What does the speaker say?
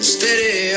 Steady